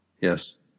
Yes